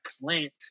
plant